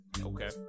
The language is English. Okay